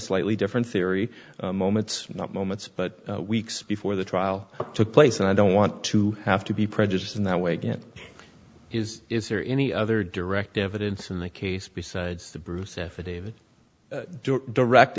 slightly different theory moments not moments but weeks before the trial took place and i don't want to have to be prejudiced in that way is is there any other direct evidence in the case besides the bruce affidavit direct